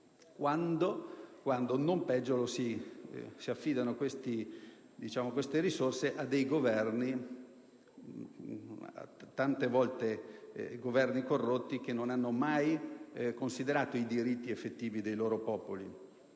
o peggio ad affidare queste risorse a dei Governi tante volte corrotti che non hanno mai considerato i diritti effettivi dei loro popoli.